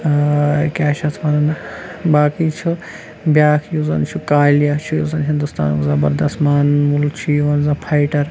کیاہ چھِ اَتھ وَنان باقٕے چھِ بیاکھ یُس زَن چھُ کالِیا چھُ یُس زَن ہِندوستانُک زَبردس ت مانن وول چھُ یِوان فایِٹَر